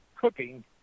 cooking